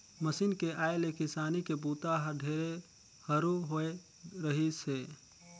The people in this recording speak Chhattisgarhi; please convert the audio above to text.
मसीन के आए ले किसानी के बूता हर ढेरे हरू होवे रहीस हे